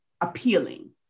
appealing